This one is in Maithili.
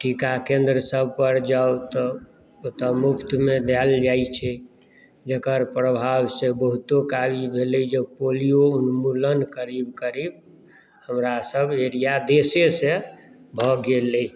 आ टीकाकेन्द्र सभ पर जाऊ तऽ ओतऽ मुफ्तमे देल जायत छै जेकर प्रभावसँ बहुतो कार्य भेलै पोलियो उन्मूलन करीब करीब हमरा सभ एरिया देशेसँ भऽ गेलै